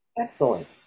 Excellent